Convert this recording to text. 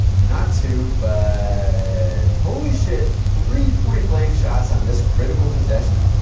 not two, but holy shit, three point-blank shots on this critical possession,